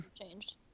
changed